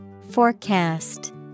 Forecast